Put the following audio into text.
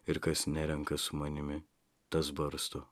ir kas nerenka su manimi tas barsto